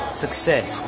success